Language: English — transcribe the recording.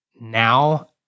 now